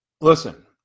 listen